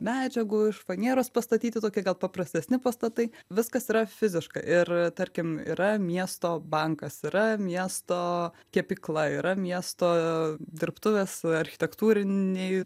medžiagų iš fanieros pastatyti tokie gal paprastesni pastatai viskas yra fiziška ir tarkim yra miesto bankas yra miesto kepykla yra miesto dirbtuvės architektūriniai